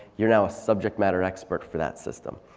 you're now a subject matter expert for that system.